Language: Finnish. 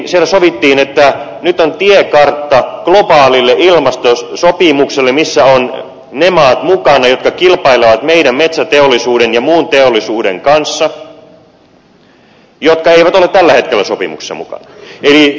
siellä sovittiin että nyt on tiekartta globaalille ilmastosopimukselle missä ovat ne maat mukana jotka kilpailevat meidän metsäteollisuuden ja muun teollisuuden kanssa ja jotka eivät ole tällä hetkellä sopimuksessa mukana